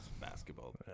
basketball